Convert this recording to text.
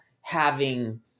having-